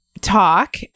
talk